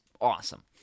awesome